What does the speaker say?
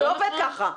זה לא עובד כך.